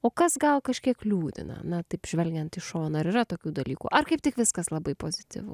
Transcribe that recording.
o kas gal kažkiek liūdina na taip žvelgiant iš šono ir yra tokių dalykų ar kaip tik viskas labai pap pozityvu